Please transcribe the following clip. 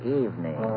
evening